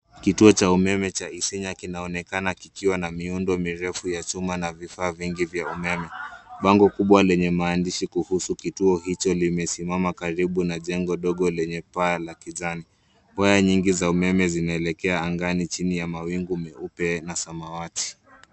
Kituo cha umeme cha Isinya kinaonekana kikiwa na miundo mirefu ya chuma na vifaa vingi vya umeme. Bango kubwa lenye maandishi kuhusu kituo hicho limesimama karibu na jengo dogo paa la kijani. Waya nyingi za umeme zimeelekea angani chini ya mawingu meupe na samawati.